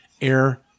air